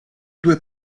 due